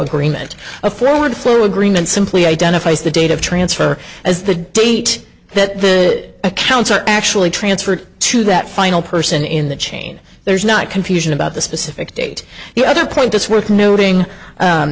agreement a fluid flow agreement simply identifies the date of transfer as the date that the accounts are actually transferred to that final person in the chain there's not confusion about the specific date the other point it's worth noting